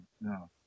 no